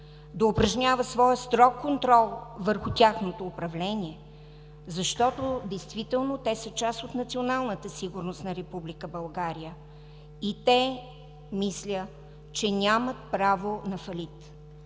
упражнява своя строг контрол върху тяхното управление. Защото действително те са част от националната сигурност на Република България и те мисля, че нямат право на фалит.